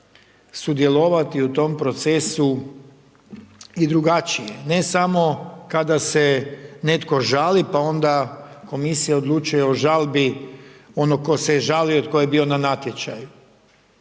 sudjelovati u tom procesu i drugačije. Ne samo kada se netko žali pa onda komisija odlučuje o žalbi onog tko se žalio, tko je bio na natječaju